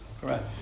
Correct